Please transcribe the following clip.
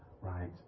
right